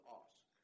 ask